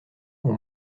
ont